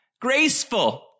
graceful